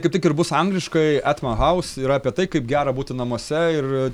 kaip tik ir bus angliškai et mai haus yra apie tai kaip gera būti namuose ir